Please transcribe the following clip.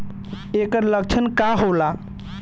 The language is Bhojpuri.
ऐकर लक्षण का होला?